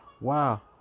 wow